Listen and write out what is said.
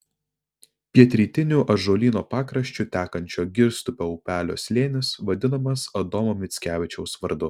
pietrytiniu ąžuolyno pakraščiu tekančio girstupio upelio slėnis vadinamas adomo mickevičiaus vardu